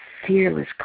fearless